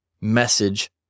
message